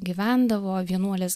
gyvendavo vienuolės